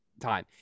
time